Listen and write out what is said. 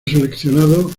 seleccionado